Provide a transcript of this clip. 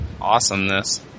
awesomeness